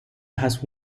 has